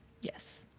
yes